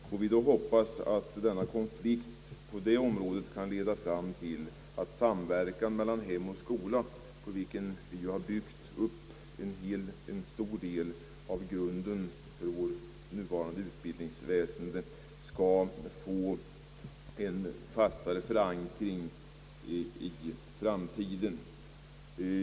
Får vi då hoppas att denna konflikt kan leda till att samverkan mellan hem och skola, på vilken vi har byggt en stor del av grunden för vårt nuvarande utbildningsväsende, skall få en fastare förankring i framtiden?